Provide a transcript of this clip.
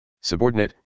Subordinate